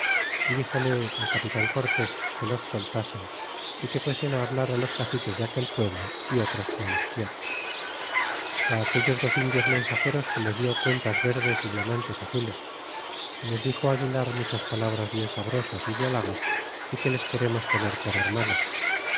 y dixóle al capitan cortés que los soltasen y que fuesen hablar los caciques de aquel pueblo é otros qualesquier é aquellos dos indios mensageros se les dió cuentas verdes é diamantes azules y les dixo aguilar muchas palabras bien sabrosas y de halagos y que les queremos tener por hermanos